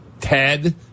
Ted